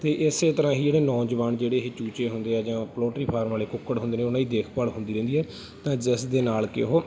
ਅਤੇ ਇਸੇ ਤਰ੍ਹਾਂ ਹੀ ਜਿਹੜੇ ਨੌਜਵਾਨ ਜਿਹੜੇ ਇਹ ਚੂਚੇ ਹੁੰਦੇ ਆ ਜਾਂ ਪਲੋਟਰੀ ਫਾਰਮ ਵਾਲੇ ਕੁੱਕੜ ਹੁੰਦੇ ਨੇ ਉਹਨਾਂ ਦੀ ਦੇਖਭਾਲ ਹੁੰਦੀ ਰਹਿੰਦੀ ਹੈ ਤਾਂ ਜਿਸ ਦੇ ਨਾਲ ਕਿ ਉਹ